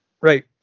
right